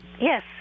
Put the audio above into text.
Yes